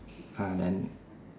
!huh! then